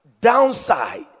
downside